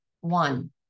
one